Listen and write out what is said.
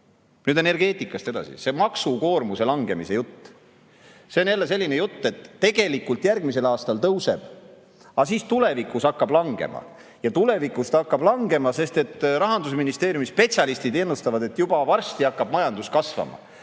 Nüüd energeetikast edasi. See maksukoormuse langemise jutt on jälle selline jutt, et tegelikult järgmisel aastal tõuseb, aga siis tulevikus hakkab langema. Ja tulevikus hakkab langema, sest Rahandusministeeriumi spetsialistid ennustavad, et juba varsti hakkab majandus kasvama.